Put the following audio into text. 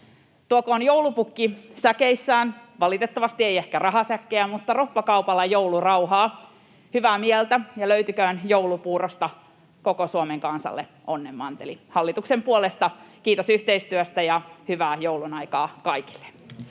Tuokoon joulupukki säkeissään, vaikka valitettavasti ei ehkä rahasäkkejä, roppakaupalla joulurauhaa ja hyvää mieltä, ja löytyköön joulupuurosta koko Suomen kansalle onnenmanteli. Hallituksen puolesta kiitos yhteistyöstä ja hyvää joulunaikaa kaikille!